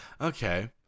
Okay